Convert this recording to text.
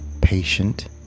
patient